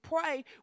pray